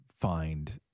find